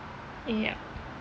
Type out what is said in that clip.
yup